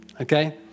Okay